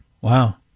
Wow